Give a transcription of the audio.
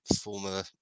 Former